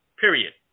period